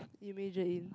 you major in